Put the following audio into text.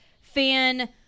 fan